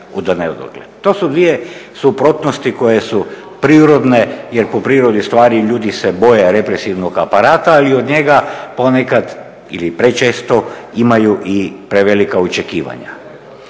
To su dvije suprotnosti koje su prirodne jer po prirodi stvari ljudi se boje represivnog aparata ali od njega ponekad ili prečesto imaju i prevelika očekivanja.